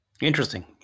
Interesting